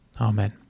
Amen